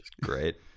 Great